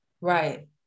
right